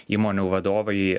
įmonių vadovai